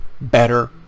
better